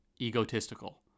egotistical